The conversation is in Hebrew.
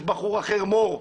יש בחור אחר מור,